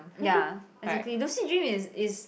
ya exactly lucid dream is is